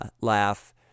laugh